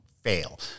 fail